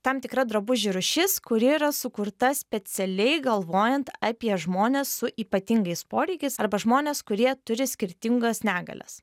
tam tikra drabužių rūšis kuri yra sukurta specialiai galvojant apie žmones su ypatingais poreikiais arba žmones kurie turi skirtingas negalias